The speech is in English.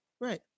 Right